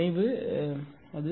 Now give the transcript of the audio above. இது இணைவு என்றால் அது மைனஸ் சரி